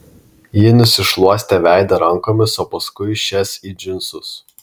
ji nusišluostė veidą rankomis o paskui šias į džinsus